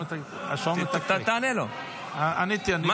מה זה?